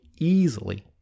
easily